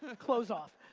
ah clothes off.